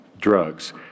drugs